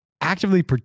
actively